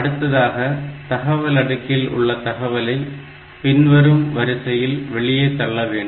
அடுத்ததாக தகவல் அடுக்கில் உள்ள தகவலை பின்வரும் வரிசையில் வெளியே தள்ள வேண்டும்